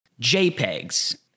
JPEGs